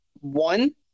one